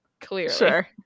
clearly